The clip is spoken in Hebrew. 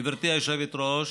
גברתי היושבת-ראש,